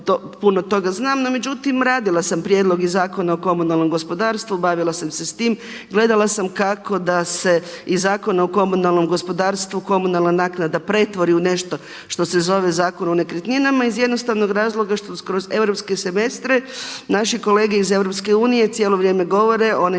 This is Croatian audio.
puno toga znam, no međutim radila sam Prijedlog zakona o komunalnom gospodarstvu, bavila sam se sa time, gledala sam kako da se iz Zakona o komunalnom gospodarstvu komunalna naknada pretvori u nešto što se zove Zakon o nekretninama iz jednostavnog razloga što kroz europske semestre naši kolege iz EU cijelo vrijeme govore ono